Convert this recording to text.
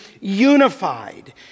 unified